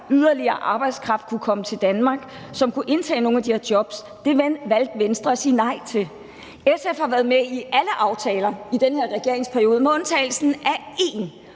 at yderligere arbejdskraft kunne komme til Danmark, som kunne tage nogle af de her jobs, på. Det valgte Venstre at sige nej til. SF har været med i alle aftaler i den her regeringsperiode med undtagelse af én,